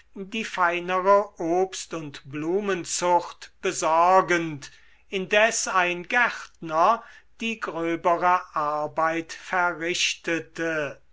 die feinere obst und blumenzucht besorgend indes ein gärtner die gröbere arbeit verrichtete